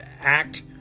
act